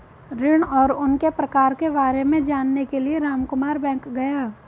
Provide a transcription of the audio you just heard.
ऋण और उनके प्रकार के बारे में जानने के लिए रामकुमार बैंक गया